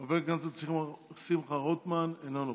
חבר הכנסת שמחה רוטמן, אינו נוכח.